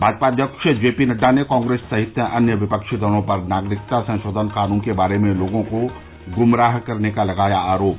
भाजपा अध्यक्ष J P Nadda ने कांग्रेस सहित अन्य विपक्षी दलों पर नागरिकता संशोधन कानून के बारे में लोगों को गुमराह करने का लगाया आरोप